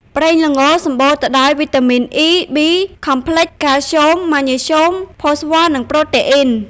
ប្រេងល្ង សម្បូរទៅដោយវីតាមីន អ៊ី ប៊ី ខមផ្លិច (E B complex) កាល់ស្យូម ម៉ាញ៉េស្យូម ផូស្វ័រ និងប្រូតេអ៊ីន។